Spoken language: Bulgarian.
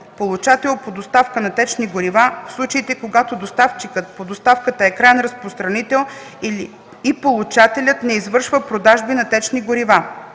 получател по доставка на течни горива, в случаите, когато доставчикът по доставката е краен разпространител и получателят не извършва продажби на течни горива.